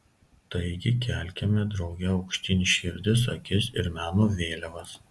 taigi kelkime drauge aukštyn širdis akis ir meno vėliavas